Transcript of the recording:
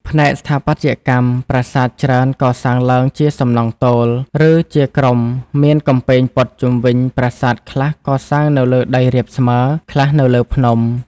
ផ្នែកស្ថាបត្យកម្ម ប្រាសាទច្រើនកសាងឡើងជាសំណង់ទោល ឬជាក្រុមមានកំពែងព័ទ្ធជុំវិញ ប្រាសាទខ្លះកសាងនៅលើដីរាបស្មើ ខ្លះនៅលើភ្នំ។